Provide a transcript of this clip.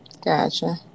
Gotcha